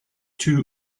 too